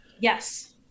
Yes